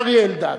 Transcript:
אריה אלדד,